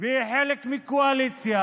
והיא חלק מקואליציה,